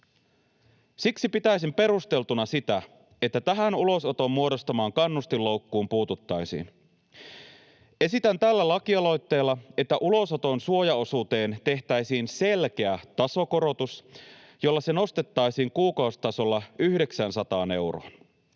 Siksi pitäisin perusteltuna sitä, että tähän ulosoton muodostamaan kannustinloukkuun puututtaisiin. Esitän tällä lakialoitteella, että ulosoton suojaosuuteen tehtäisiin selkeä tasokorotus, jolla se nostettaisiin kuukausitasolla 900 euroon.